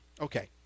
okay